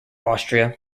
austria